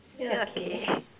ya okay